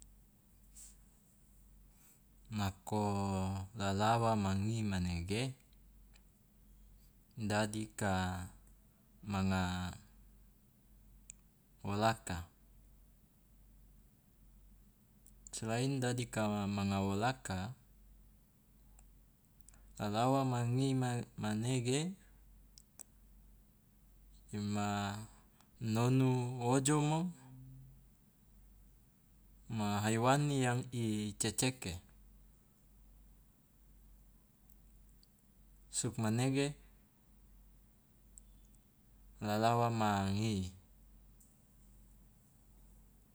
Nako lalawa ma ngi manege dadi ka manga wolaka, selain dadi ka manga wolaka, lalawa ma ngi ma- manege i ma nonu ojomo, ma haiwan yang i ceceke, sugmanege lalawa ma ngi.